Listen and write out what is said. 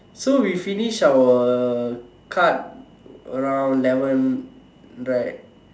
so we finish our card around eleven right